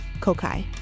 kokai